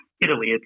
Italy